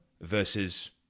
versus